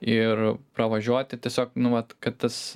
ir pravažiuoti tiesiog nu vat kad tas